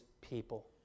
people